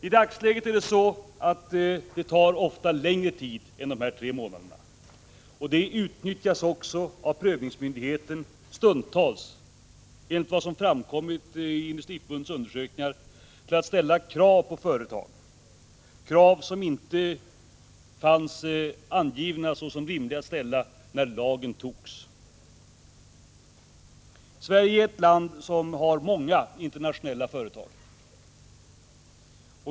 I dagsläget tar en prövning ofta längre tid än tre månader, och det utnyttjas stundtals av prövningsmyndigheten, enligt vad som har framkommit i Industriförbundets undersökningar, till att ställa krav på företagen — krav 149 som inte fanns angivna såsom rimliga att ställa när lagen antogs. Sverige är ett land som har många internationella företag.